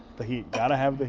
the heat. got to have the